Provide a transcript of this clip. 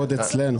אצלנו.